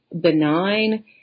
benign